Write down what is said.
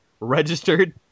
registered